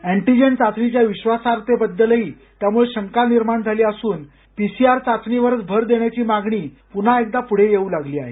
antigen चाचणीच्या विश्वासार्हतेबद्दलही यामुळं शंका निर्माण झाली असून पीसीआर चाचणीवरच भर देण्याची मागणी पुन्हा एकदा पुढे येऊ लागली आहे